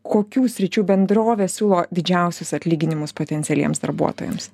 kokių sričių bendrovės siūlo didžiausius atlyginimus potencialiems darbuotojams